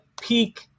peak